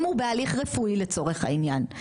אם הוא בהליך רפואי לצורך העניין,